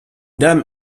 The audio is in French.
dame